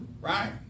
right